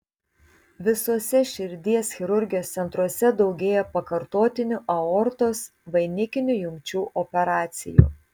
visuose širdies chirurgijos centruose daugėja pakartotinių aortos vainikinių jungčių operacijų